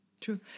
true